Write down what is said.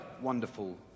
wonderful